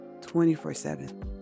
24-7